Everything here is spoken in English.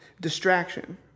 Distraction